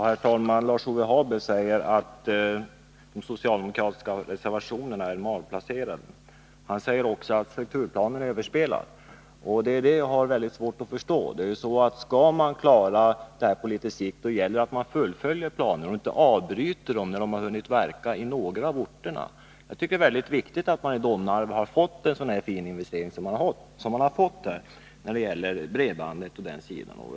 Herr talman! Lars-Ove Hagberg säger att de socialdemokratiska reservationerna är malplacerade. Han säger också att strukturplanen är överspelad. Detta har jag väldigt svårt att förstå. Skall man klara det här på litet sikt gäller det att man fullföljer planerna och inte avbryter dem när de har hunnit verka i endast några av orterna. Jag tycker t.ex. att det är väldigt viktigt att man har fått en så fin investering som man har fått i Domnarvet när det gäller bredbandet.